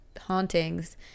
hauntings